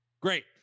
Great